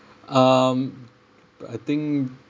um I think